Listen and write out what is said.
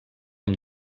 amb